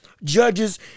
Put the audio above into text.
judges